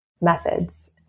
methods